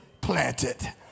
planted